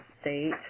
state